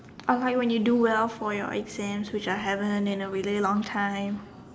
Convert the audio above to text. alright when you do well for your exams which I haven't in a really long time